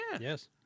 Yes